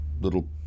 little